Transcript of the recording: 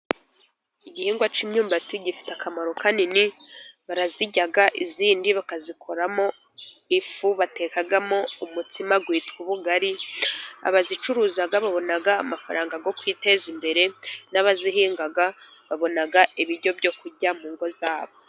Igihingwa cy'imyumbati gifite akamaro kanini, barayirya, iyindi bakayikoramo ifu batekagamo umutsima witwa ubugari, abayicuruza babona amafaranga yo kwiteza imbere, n'abayihinga babona ibiryo byo kujya mu ngo za bo.